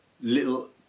little